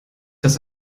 das